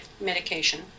medication